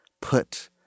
put